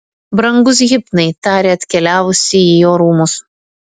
brangus hipnai tarė atkeliavusi į jo rūmus